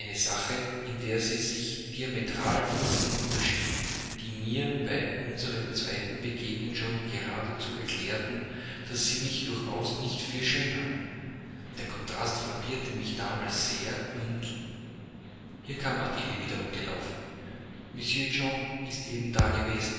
sache in der sie sich diametral von ihnen unterschied die mir bei unserem zweiten begegnen schon gradezu erklärten daß sie mich durchaus nicht für schön halten der kontrast frappierte mich damals sehr und hier kam adele wiederum gelaufen monsieur john ist eben da